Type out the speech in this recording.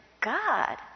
God